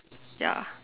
ya